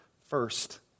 First